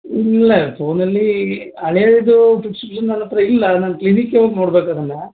ಇಲ್ಲ ಫೋನಲ್ಲಿ ಹಳೆದು ಪ್ರಿಸ್ಕ್ರಿಷನ್ ನನ್ನತ್ರ ಇಲ್ಲ ನಾನು ಕ್ಲಿನಿಕ್ಗೆ ಹೋಗಿ ನೋಡ್ಬೇಕು ಅದನ್ನು